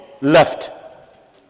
left